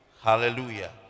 Hallelujah